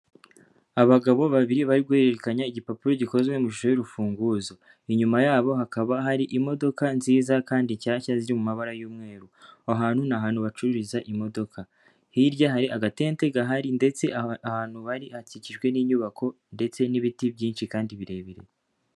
Abagabo babiri bari guhererekanya igipapuro gikozwe ishusho y'urufunguzo. Inyuma yabo, hakaba hari imodoka nziza kandi nshyashya, ziri mu mabara y'umweru. Ahantu ni ahantu hacururizwa imodoka. Hirya, hari agatente gahari, ndetse aho bari hakikijwe n’inyubako ndetse n’ibiti byinshi kandi birebire.